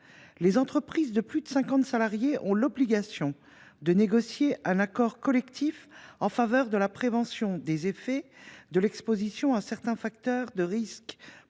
les entreprises de plus de cinquante salariés ont l’obligation de négocier un accord collectif en faveur de la prévention des effets de l’exposition à certains facteurs de risque